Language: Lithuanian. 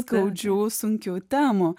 skaudžių sunkių temų